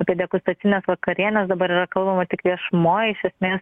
apie degustacines vakarienes dabar yra kalbama tik viešumoj iš esmės